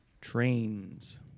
trains